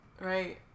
Right